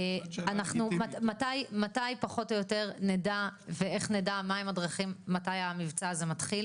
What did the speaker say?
מתי נדע ואיך נדע מתי המבצע מתחיל?